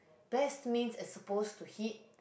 best means it's supposed to hit